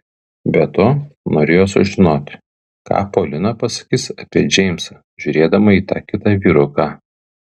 be to norėjo sužinoti ką polina pasakys apie džeimsą žiūrėdama į tą kitą vyruką